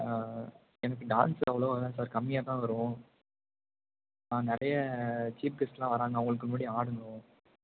எனக்கு டான்ஸ் அவ்வளோவா வராது சார் கம்மியா தான் வரும் நான் நிறைய சீப் கெஸ்ட்டெல்லாம் வராங்க அவங்களுக்கு முன்னாடி ஆடணும்